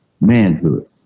manhood